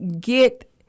get